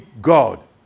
God